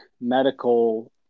medical